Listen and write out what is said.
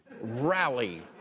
rally